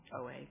OA